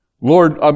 Lord